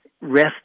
rest